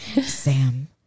Sam